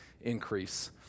increase